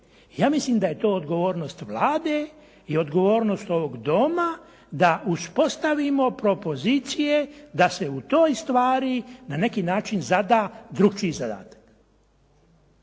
Ja mislim da je to odgovornost Vlade i odgovornost ovog Doma da uspostavimo propozicije da se u toj stvari na neki način zada drukčiji zadatak.